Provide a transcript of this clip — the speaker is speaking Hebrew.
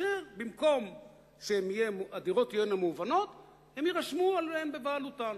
במקום שהדירות תהיינה מהוונות, הן יירשמו בבעלותם.